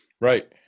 Right